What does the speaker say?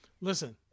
Listen